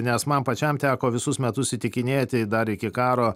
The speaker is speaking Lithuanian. nes man pačiam teko visus metus įtikinėti dar iki karo